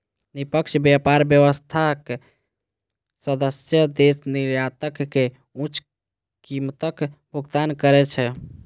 निष्पक्ष व्यापार व्यवस्थाक सदस्य देश निर्यातक कें उच्च कीमतक भुगतान करै छै